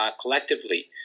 collectively